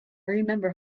remember